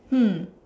hmm